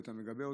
ואתה מגבה אותו,